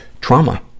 trauma